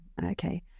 okay